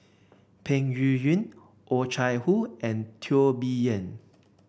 Peng Yuyun Oh Chai Hoo and Teo Bee Yen